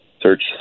search